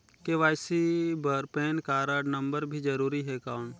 KYC बर PAN card number भी जरूरी हे कौन?